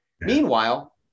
meanwhile